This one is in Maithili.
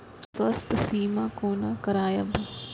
स्वास्थ्य सीमा कोना करायब?